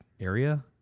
Area